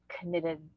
committed